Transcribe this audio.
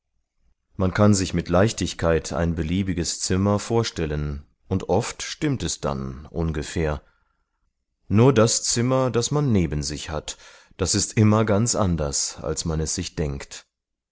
man kann sich mit leichtigkeit ein beliebiges zimmer vorstellen und oft stimmt es dann ungefähr nur das zimmer das man neben sich hat ist immer ganz anders als man es sich denkt